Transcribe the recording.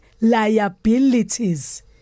liabilities